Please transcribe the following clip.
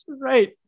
right